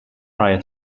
prior